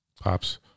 Pops